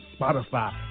Spotify